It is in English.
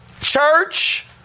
church